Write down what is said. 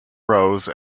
rose